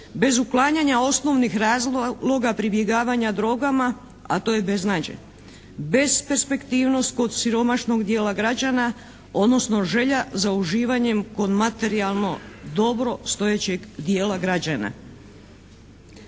bez uklanjanja osnovnih razloga pribjegavanja drogama a to je beznađe. Bezperspektivnost kod siromašnog dijela građana odnosno želja za uživanjem kod materijalno dobro stojećeg dijela građana.